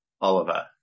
Oliver